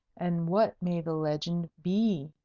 and what may the legend be,